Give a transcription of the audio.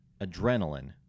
adrenaline